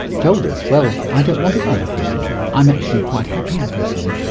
told us, well, i don't want to go out of prison, i'm actually quite happy in prison.